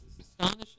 astonishing